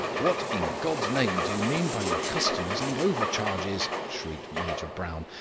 what, in god's name, do you mean by your customers and overcharges? shrieked major brown,